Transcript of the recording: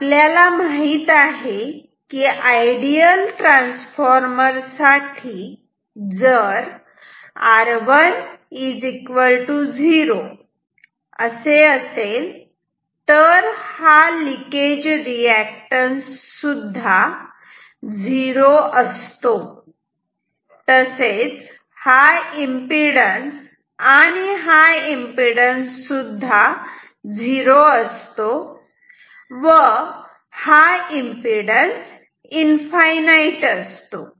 आपल्याला माहित आहे की आयडियल ट्रान्सफॉर्मर साठी जर r1 0 असेल तर हा लिकेज रिअॅक्टन्स सुद्धा झिरो असतो तसेच हा एम्पिडन्स आणि हा एम्पिडन्स सुद्धा झिरो असतो व हा एम्पिडन्स इनफाईनाईट असतो